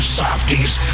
softies